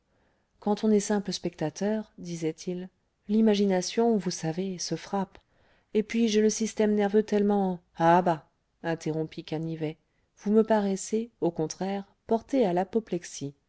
quand on est simple spectateur disait-il l'imagination vous savez se frappe et puis j'ai le système nerveux tellement ah bah interrompit canivet vous me paraissez au contraire porté à l'apoplexie